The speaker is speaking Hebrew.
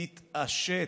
תתעשת.